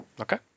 Okay